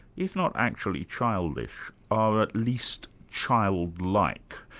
if not actually childish, are at least childlike.